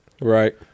Right